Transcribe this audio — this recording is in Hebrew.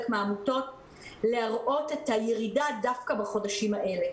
מהעמותות להראות את הירידה דווקא בחודשים האלה.